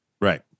Right